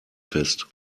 fest